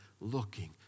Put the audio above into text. looking